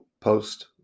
post